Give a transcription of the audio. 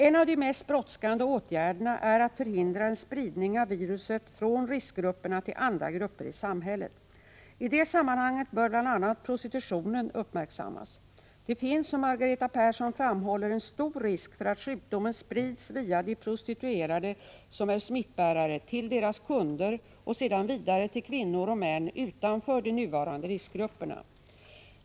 En av de mest brådskande åtgärderna är att hindra en spridning av viruset från riskgrupperna till andra grupper i samhället. I det sammanhanget bör bl.a. prostitutionen uppmärksammas. Det finns, som Margareta Persson framhåller, en stor risk för att sjukdomen sprids via de prostituerade, som är smittbärare, till deras kunder och sedan vidare till kvinnor och män utanför de nuvarande riskgrupperna.